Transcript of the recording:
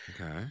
Okay